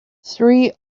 three